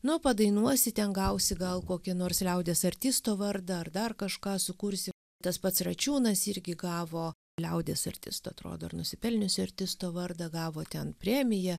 nu padainuosi ten gausi gal kokį nors liaudies artisto vardą ar dar kažką sukursi tas pats račiūnas irgi gavo liaudies artisto atrodo ar nusipelniusio artisto vardą gavo ten premiją